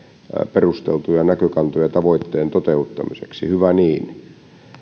perusteltuja näkökantoja tavoitteen toteuttamiseksi hyvä niin